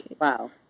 Wow